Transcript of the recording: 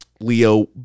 Leo